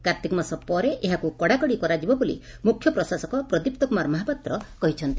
କାର୍ଭିକ ମାସ ପରେ ଏହାକୁ କଡାକଡି କରାଯିବ ବୋଲି ମୁଖ୍ୟ ପ୍ରଶାସକ ପ୍ରଦୀପ୍ତ କୁମାର ମହାପାତ୍ର କହିଛନ୍ତି